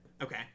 Okay